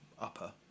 upper